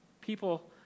People